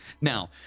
Now